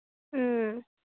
ꯎꯝ